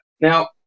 now